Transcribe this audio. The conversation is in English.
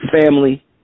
family